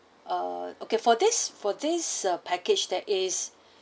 uh okay for this for this uh package that is